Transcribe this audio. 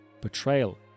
betrayal